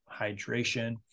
hydration